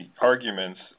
arguments